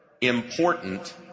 important